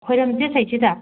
ꯈꯣꯏꯔꯝꯁꯦ ꯁꯩꯁꯤꯗ